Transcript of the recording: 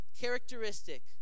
characteristic